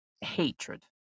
hatred